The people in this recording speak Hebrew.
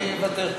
אני מוותר.